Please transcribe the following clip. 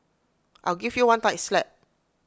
I'll give you one tight slap